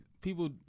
people